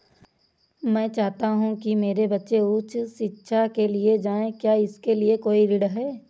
मैं चाहता हूँ कि मेरे बच्चे उच्च शिक्षा के लिए जाएं क्या इसके लिए कोई ऋण है?